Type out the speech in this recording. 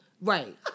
Right